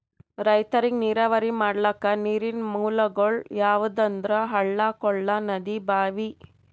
ರೈತರಿಗ್ ನೀರಾವರಿ ಮಾಡ್ಲಕ್ಕ ನೀರಿನ್ ಮೂಲಗೊಳ್ ಯಾವಂದ್ರ ಹಳ್ಳ ಕೊಳ್ಳ ನದಿ ಭಾಂವಿ